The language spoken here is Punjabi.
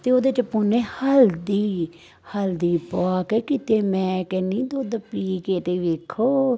ਅਤੇ ਉਹਦੇ 'ਚ ਪਾਉਂਦੇ ਹਲਦੀ ਹਲਦੀ ਪਵਾ ਕੇ ਕਿਤੇ ਮੈਂ ਕਹਿੰਦੀ ਦੁੱਧ ਪੀ ਕੇ ਤਾਂ ਦੇਖੋ